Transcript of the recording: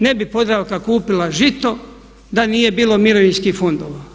Ne bi Podravka kupila Žito da nije bilo mirovinskih fondova.